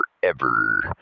forever